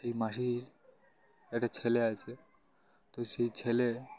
সেই মাসির একটা ছেলে আছে তো সেই ছেলে